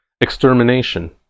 Extermination